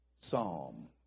psalm